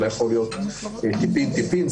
אלא יכול להיות טיפין טיפין.